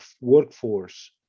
workforce